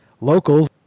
locals